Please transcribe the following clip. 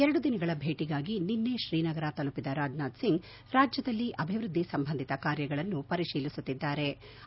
ಎರಡು ದಿನಗಳ ಭೇಟಿಗಾಗಿ ನಿನ್ನೆ ಶ್ರೀನಗರ ತಲುಪಿದ ರಾಜ್ ನಾಥ್ ಸಿಂಗ್ ರಾಜ್ಯದಲ್ಲಿ ಅಭಿವೃದ್ದಿ ಸಂಬಂಧಿತ ಕಾರ್ಯಗಳನ್ನೂ ಪರಿಶೀಲಿಸುತ್ತಿದ್ಲಾರೆ